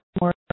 more